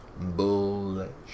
Bullshit